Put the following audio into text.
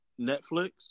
Netflix